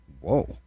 Whoa